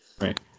Right